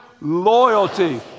loyalty